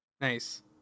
Nice